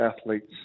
athletes